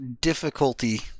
difficulty